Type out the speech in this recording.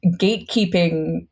gatekeeping